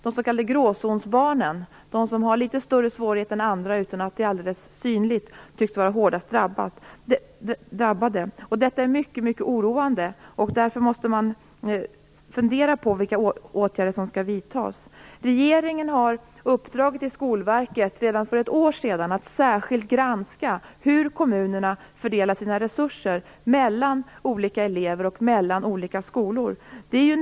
De s.k. gråzonsbarnen, de som har litet större svårigheter än andra utan att det är alldeles synligt, tycks vara hårdast drabbade. Detta är mycket oroande, och man måste fundera på vilka åtgärder som skall vidtas. Regeringen har redan för ett år sedan uppdragit till Skolverket att särskilt granska hur kommunerna fördelar sina resurser mellan olika elever och mellan olika skolor.